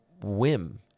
whim